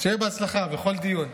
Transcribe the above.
שיהיה בהצלחה בכל דיון.